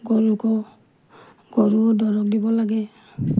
গৰুকো গৰুও দৰৱ দিব লাগে